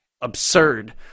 absurd